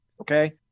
Okay